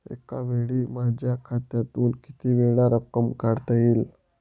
एकावेळी माझ्या खात्यातून कितीवेळा रक्कम काढता येईल?